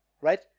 right